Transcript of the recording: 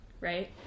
right